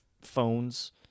phones